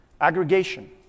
aggregation